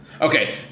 okay